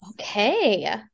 Okay